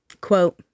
quote